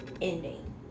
ending